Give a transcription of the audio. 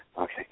okay